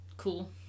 cool